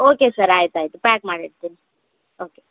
okay sir ಆಯ್ತು ಆಯ್ತು pack ಮಾಡಿ ಇಡ್ತೀನಿ ಓಕೆ